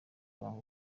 banga